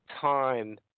Time